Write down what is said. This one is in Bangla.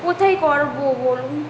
কোথায় করাবো বলুন